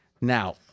Now